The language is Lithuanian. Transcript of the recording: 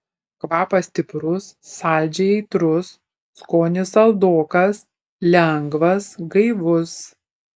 kvapas stiprus saldžiai aitrus skonis saldokas lengvas gaivus